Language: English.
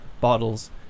bottles